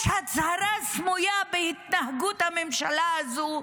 יש הצהרה סמויה בהתנהגות הממשלה הזו,